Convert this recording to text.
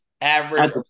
Average